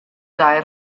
dai